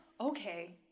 okay